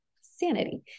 sanity